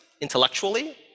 intellectually